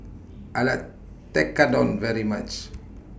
I like Tekkadon very much